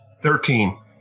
Thirteen